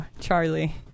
Charlie